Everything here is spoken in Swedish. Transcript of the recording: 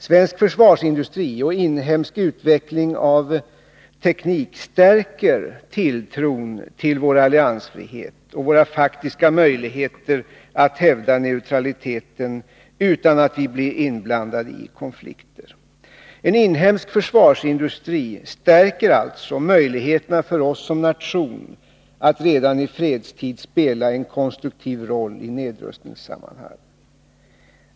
Svensk försvarsindustri och inhemsk utveckling av teknik stärker tilltron Nr 165 till vår alliansfrihet och våra faktiska möjligheter att hävda neutraliteten utan att vi blir inblandade i konflikter. En inhemsk försvarsindustri stärker alltså möjligheterna för oss som nation att redan i fredstid spela en konstruktiv roll i nedrustningssammanhang.